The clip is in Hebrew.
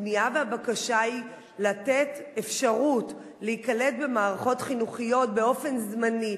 הפנייה והבקשה היא לתת אפשרות להיקלט במערכות חינוכיות באופן זמני,